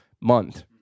month